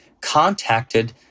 contacted